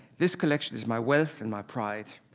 this collection is my wealth and my pride.